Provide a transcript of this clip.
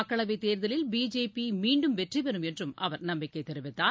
மக்களவை தேர்தலில் பிஜேபி மீண்டும் வெற்றிபெறும் என்றும் அவர் நம்பிக்கை தெரிவித்தார்